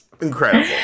Incredible